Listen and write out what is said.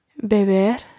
beber